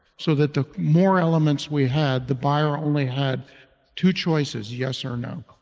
so that the more elements we had, the buyer only had two choices, yes or no,